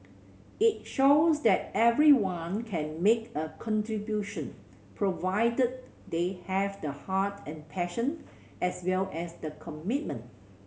it shows that everyone can make a contribution provided they have the heart and passion as well as the commitment